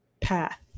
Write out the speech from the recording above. path